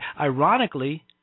ironically